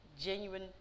Genuine